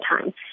time